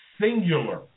singular